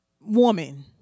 woman